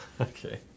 Okay